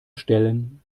stellen